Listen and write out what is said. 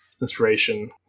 inspiration